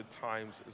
times